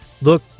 look